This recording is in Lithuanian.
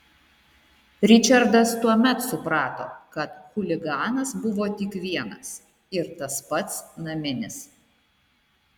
ričardas tuomet suprato kad chuliganas buvo tik vienas ir tas pats naminis